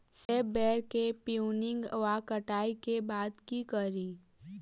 सेब बेर केँ प्रूनिंग वा कटाई केँ बाद की करि?